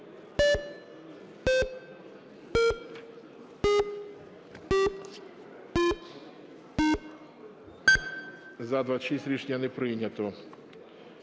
За-28 Рішення не прийнято.